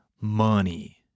money